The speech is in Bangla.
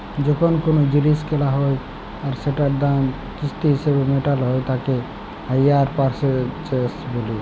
যখন কোলো জিলিস কেলা হ্যয় আর সেটার দাম কিস্তি হিসেবে মেটালো হ্য়য় তাকে হাইয়ার পারচেস বলে